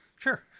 Sure